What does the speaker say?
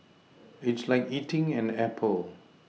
it's like eating an Apple